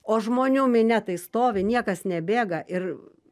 o žmonių minia tai stovi niekas nebėga ir